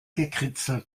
gekritzel